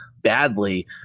badly